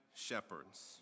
Shepherds